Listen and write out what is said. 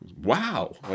Wow